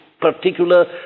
particular